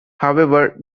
however